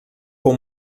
com